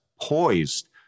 poised